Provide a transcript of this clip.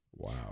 Wow